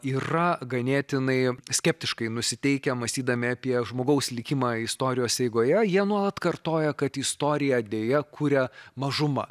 yra ganėtinai skeptiškai nusiteikę mąstydami apie žmogaus likimą istorijos eigoje jie nuolat kartoja kad istoriją deja kuria mažuma